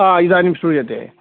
आ इदानीं श्रूयते